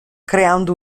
creando